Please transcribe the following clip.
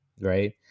right